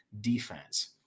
defense